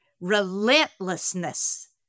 relentlessness